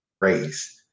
race